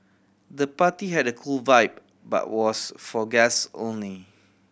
the party had a cool vibe but was for guests only